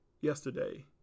yesterday